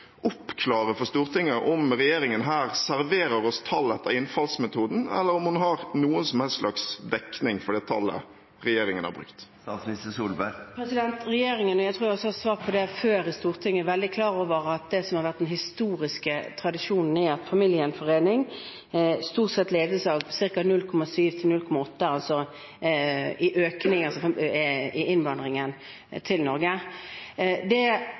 oppklare for Stortinget om regjeringen her serverer oss tall etter innfallsmetoden, eller om man har noen som helst slags dekning for det tallet regjeringen har brukt. Regjeringen – og dette tror jeg også jeg har svart på før i Stortinget – er veldig klar over at det som har vært den historiske tradisjonen, er at en familiegjenforening stort sett leder til en økning på ca. 0,7–0,8 personer i innvandringen til Norge. Det